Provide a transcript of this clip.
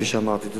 כפי שאמרתי.